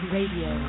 Radio